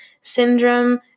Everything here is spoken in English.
syndrome